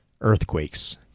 Earthquakes